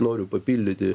noriu papildyti